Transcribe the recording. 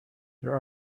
there